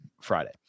Friday